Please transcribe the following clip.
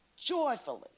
joyfully